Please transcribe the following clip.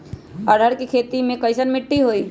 अरहर के खेती मे कैसन मिट्टी होइ?